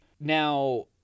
now